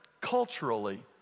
culturally